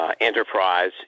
Enterprise